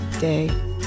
day